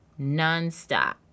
nonstop